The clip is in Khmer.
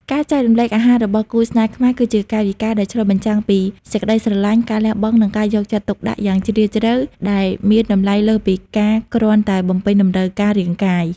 ការចែករំលែកអាហាររបស់គូស្នេហ៍ខ្មែរ គឺជាកាយវិការដែលឆ្លុះបញ្ចាំងពីសេចក្ដីស្រឡាញ់ ការលះបង់ និងការយកចិត្តទុកដាក់យ៉ាងជ្រាលជ្រៅ ដែលមានតម្លៃលើសពីការគ្រាន់តែបំពេញតម្រូវការរាងកាយ។